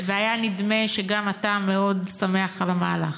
והיה נדמה שגם אתה מאוד שמח על המהלך.